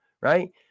right